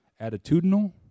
attitudinal